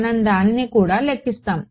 మనం దానిని కూడా లెక్కిస్తాము